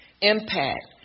Impact